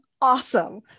awesome